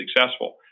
successful